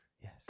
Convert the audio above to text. Yes